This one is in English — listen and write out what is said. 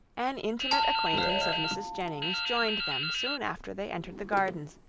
an intimate acquaintance of mrs. jennings joined them soon after they entered the gardens,